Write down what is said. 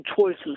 choices